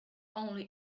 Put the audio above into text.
only